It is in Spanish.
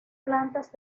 plantas